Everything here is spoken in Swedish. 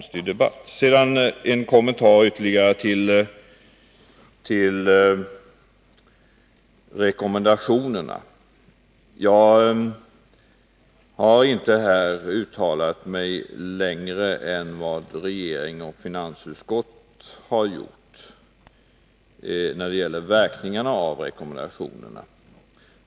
Sedan ytterligare en kommentar till rekommendationerna. Jag har inte i mina uttalanden gått längre än vad regeringen och finansutskottet har gjort när det gäller verkningarna av rekommendationerna.